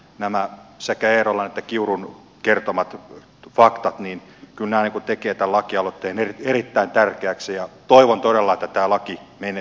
nämä sekä eerolan että kiurun kertomat faktat kyllä tekevät tämän lakialoitteen erittäin tärkeäksi ja toivon todella että tämä laki tulisi myös käytäntöön